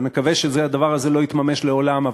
ונקווה שהדבר הזה לא יתממש לעולם,